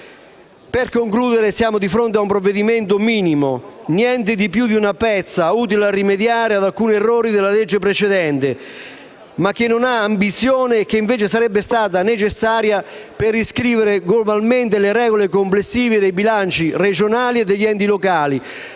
Per concludere, siamo di fronte a un provvedimento minimo, niente di più di una pezza, utile a rimediare ad alcuni errori della legge precedente, ma che non ha l'ambizione che invece sarebbe stata necessaria per riscrivere globalmente le regole complessive dei bilanci regionali e degli enti locali,